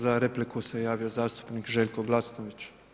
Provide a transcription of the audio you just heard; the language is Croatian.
Za repliku se javio zastupnik Željko Glasnović.